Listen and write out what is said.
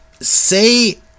say